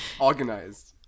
Organized